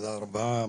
תודה רבה.